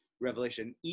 revelation